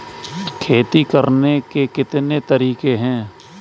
खेती करने के कितने तरीके हैं?